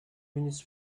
minutes